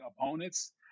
opponents